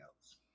else